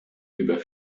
über